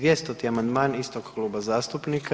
200. amandman istog kluba zastupnika.